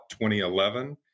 2011